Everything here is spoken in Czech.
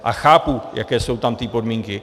A chápu, jaké jsou tam ty podmínky.